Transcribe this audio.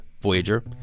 Voyager